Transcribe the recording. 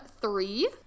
three